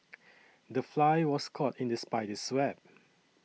the fly was caught in the spider's web